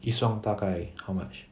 一双大概 how much